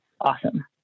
awesome